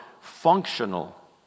functional